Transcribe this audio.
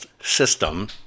system